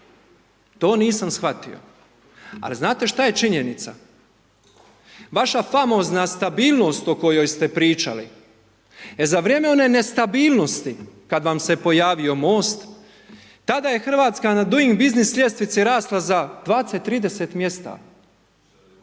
to nisam shvatio. Ali znate šta je činjenica, vaša famozna stabilnost o kojoj ste pričali. E za vrijeme one nestabilnosti kada vam se pojavio Most, tada je RH na doing business ljestvici rasla za 20,30 mjesta.